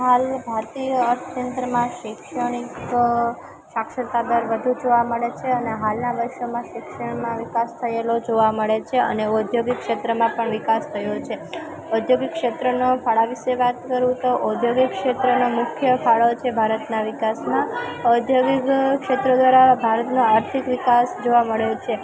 હાલ ભારતીય અર્થતંત્ર માટે શૈક્ષણિક અ સાક્ષરતા દર વધુ જોવા મળે છે અને હાલના વર્ષોમાં શિક્ષણમાં વિકાસ થયેલો જોવા મળે છે અને ઔદ્યોગિક ક્ષેત્રમાં પણ વિકાસ થયો છે ઔદ્યોગિક ક્ષેત્રનો ફાળા વિશે વાત કરું તો ઔદ્યોગિક ક્ષેત્રનો મુખ્ય ફાળો છે ભારતના વિકાસના ઔદ્યોગિક ક્ષેત્ર દ્વારા ભારતનો આર્થિક વિકાસ જોવા મળે છે